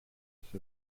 use